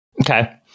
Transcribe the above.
okay